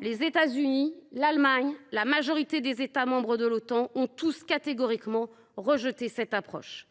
les États Unis, l’Allemagne et la majorité des États membres de l’Otan ont tous catégoriquement rejeté cette approche.